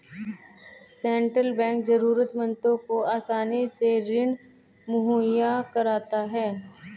central bank जरूरतमंदों को आसानी से ऋण मुहैय्या कराता है